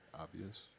obvious